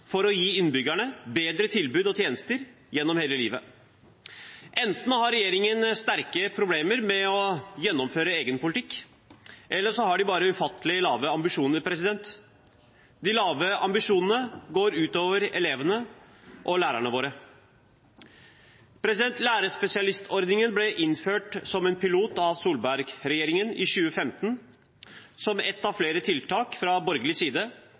for å gi innbyggerne bedre tilbud og tjenester gjennom hele livet. Enten har regjeringen sterke problemer med å gjennomføre egen politikk, eller så har de bare ufattelig lave ambisjoner. De lave ambisjonene går ut over elevene og lærerne våre. Lærerspesialistordningen ble innført som en pilot av Solberg-regjeringen i 2015, som ett av flere tiltak fra borgerlig side